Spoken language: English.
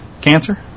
Cancer